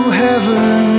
heaven